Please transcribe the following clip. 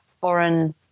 foreign –